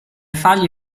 fargli